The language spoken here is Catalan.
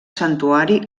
santuari